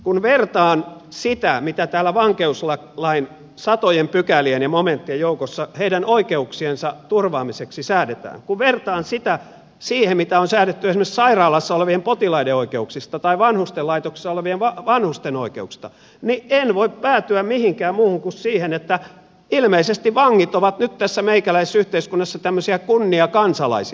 kun vertaan sitä mitä täällä vankeuslain satojen pykälien ja momenttien joukossa heidän oikeuksiensa turvaamiseksi säädetään siihen mitä on säädetty esimerkiksi sairaalassa olevien potilaiden oikeuksista tai vanhustenlaitoksissa olevien vanhusten oikeuksista niin en voi päätyä mihinkään muuhun kuin siihen että ilmeisesti vangit ovat nyt tässä meikäläisessä yhteiskunnassa tämmöisiä kunniakansalaisia